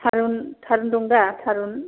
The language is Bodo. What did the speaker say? थारुन दं दा थारुन